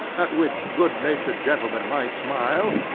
at which good-natured gentlemen might smile,